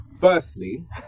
Firstly